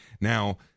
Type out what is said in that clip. now